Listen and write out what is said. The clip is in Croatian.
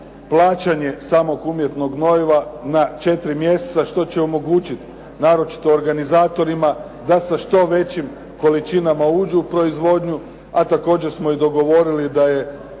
plaćanje samog umjetnog gnojiva na 4 mjeseca, što će omogućiti, naročito organizatorima da sa što većim količinama uđu u proizvodnju, a također smo i dogovorili da je